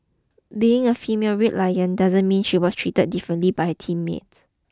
being a female Red Lion doesn't mean she was treated differently by teammates